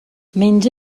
menja